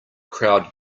crowd